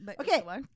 Okay